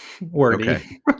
Wordy